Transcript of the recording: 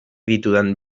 ditudan